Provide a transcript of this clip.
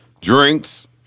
drinks